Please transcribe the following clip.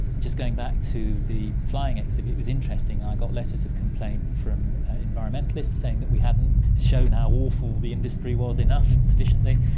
just going back to the flying exhibit, it was interesting, i got letters of complaint from environmentalists saying that we hadn't shown how awful the industry was enough sufficiently,